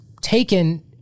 taken